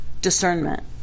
discernment